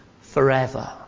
forever